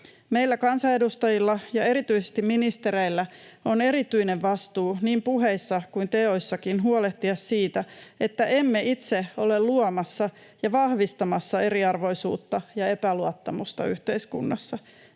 Meillä kansanedustajilla ja erityisesti ministereillä on erityinen vastuu niin puheissa kuin teoissakin huolehtia siitä, että emme itse ole luomassa ja vahvistamassa eriarvoisuutta ja epäluottamusta yhteiskunnassa.